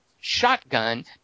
shotgun